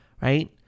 right